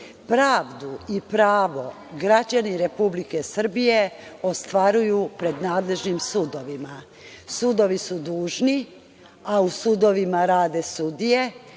Pravdu i pravo građani Republike Srbije ostvaruju pred nadležnim sudovima. Sudovi su dužni, a u sudovima rade sudije,